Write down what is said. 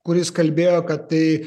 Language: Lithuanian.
kuris kalbėjo kad tai